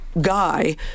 guy